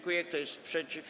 Kto jest przeciw?